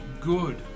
good